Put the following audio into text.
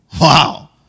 Wow